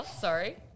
sorry